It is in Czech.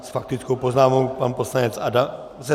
S faktickou poznámkou pan poslanec Adamec.